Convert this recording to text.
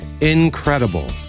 incredible